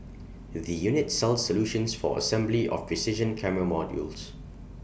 the unit sells solutions for assembly of precision camera modules